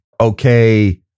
okay